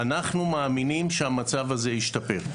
אנחנו מאמינים שהמצב הזה ישתפר.